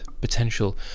potential